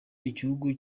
igihugu